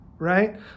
Right